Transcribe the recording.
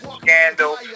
scandal